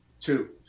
two